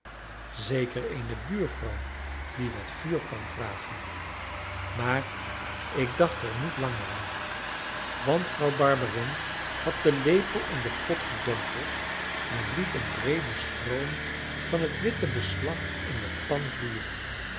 zeker eene buurvrouw die wat vuur kwam vragen maar ik dacht er niet langer aan want vrouw barberin had den lepel in den pot gedompeld en liet een breeden stroom van het witte beslag in de pan vloeien